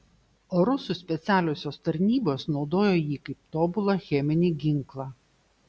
o rusų specialiosios tarnybos naudojo jį kaip tobulą cheminį ginklą